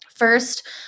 First